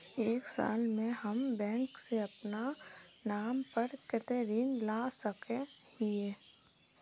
एक साल में हम बैंक से अपना नाम पर कते ऋण ला सके हिय?